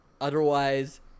Otherwise